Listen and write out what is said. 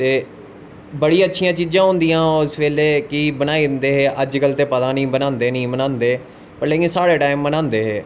ते बड़ी अच्छियां चीजां होंदियां हां उस बेल्ले कि बनाई दिंदे हे अज कल पता नी बनांदे नेंई बनांदे व लेकिन साढ़े टाईम बनांदे हे